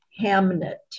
Hamnet